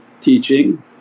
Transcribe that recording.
teaching